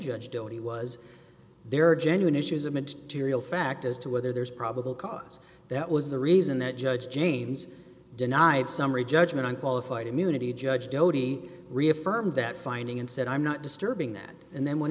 he was there are genuine issues of meant to real fact as to whether there's probable cause that was the reason that judge james denied summary judgment on qualified immunity judge doty reaffirmed that finding and said i'm not disturbing that and then went